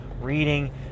reading